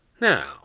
Now